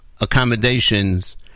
accommodations